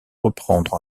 reprendre